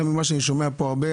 גם ממה שאני שומע פה הרבה,